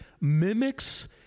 mimics